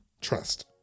Trust